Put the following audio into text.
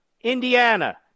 Indiana